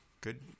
good